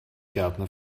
gärtner